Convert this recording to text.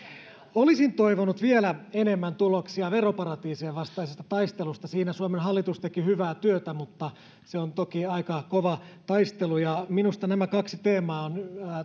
olisin toivonut vielä enemmän tuloksia veroparatiisien vastaisesta taistelusta siinä suomen hallitus teki hyvää työtä mutta se on toki aika kova taistelu minusta nämä kaksi teemaa on